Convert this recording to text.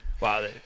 Wow